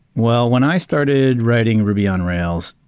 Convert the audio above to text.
well, when i started writing ruby on rails,